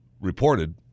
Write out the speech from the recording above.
reported